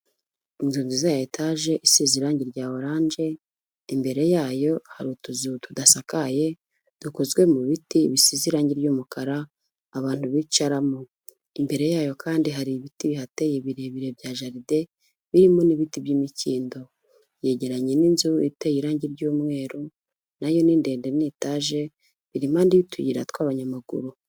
Inzi nziza ya etage isize irange rya oranje, imbere yayo hari utuzu tudasakaye dukozwe mu biti bisize irange ry'umukara abantu bicaramo. Imbere yayo kandi hari ibiti bihateye birebire bya jaride birimo n'ibiti by'imikindo, yegeranye n'inzu iteye irange ry'umweru, nayo ni ndende ni etaje, iri impande y'utuyira tw'abanyamaguru.